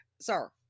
sir